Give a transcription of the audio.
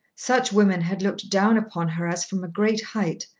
such women had looked down upon her as from a great height,